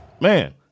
Man